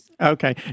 Okay